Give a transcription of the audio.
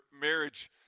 marriage